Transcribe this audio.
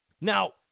Now